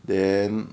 then